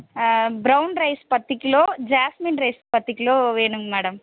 brown rice பத்து kilo jasmine rice பத்து kilo வேணுங்க மேடம்